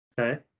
Okay